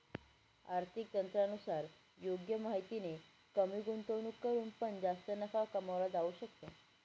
आर्थिक तज्ञांनुसार योग्य माहितीने कमी गुंतवणूक करून पण जास्त नफा कमवला जाऊ शकतो